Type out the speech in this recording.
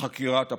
לחקירת הפרשה,